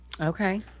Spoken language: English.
Okay